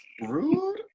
rude